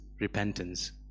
repentance